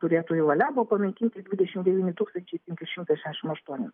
turėtojų valia buvo panaikinti dvidešim devyni tūkstančiai penki šimtai šešiasdešim aštuoni